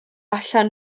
allan